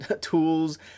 tools